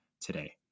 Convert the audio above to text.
today